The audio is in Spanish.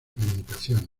limitaciones